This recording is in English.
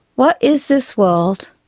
what is this world,